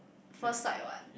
first sight what